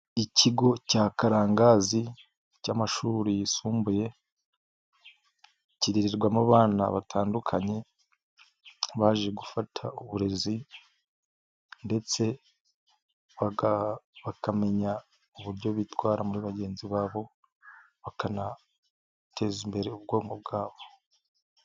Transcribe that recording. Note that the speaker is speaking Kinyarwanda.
Ikigo cya Karangazi cy'amashuri yisumbuye, kirirwamo abana batandukanye baje gufata uburezi, ndetse bakamenya uburyo bitwara muri bagenzi babo, bakanateza imbere ubwonko bwabo.